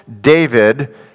David